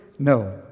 No